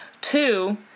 two